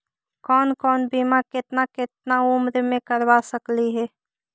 कौन कौन बिमा केतना केतना उम्र मे करबा सकली हे?